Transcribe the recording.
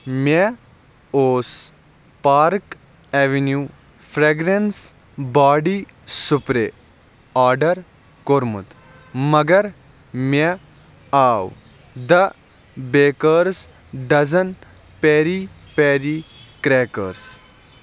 مےٚ اوس Park Avenue fragrance body spray order کوٚرمُت مگر مےٚ آو the bakers dozen peri peri crackers